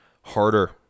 Harder